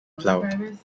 plough